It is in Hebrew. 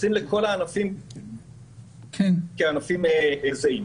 מתייחסים לכל הענפים כענפים זהים.